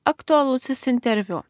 aktualusis interviu